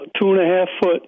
two-and-a-half-foot